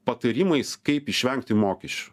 patarimais kaip išvengti mokesčių